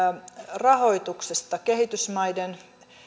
rahoituksesta kehitysmaiden